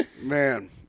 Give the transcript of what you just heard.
man